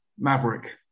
maverick